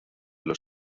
los